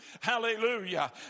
Hallelujah